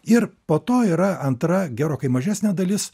ir po to yra antra gerokai mažesnė dalis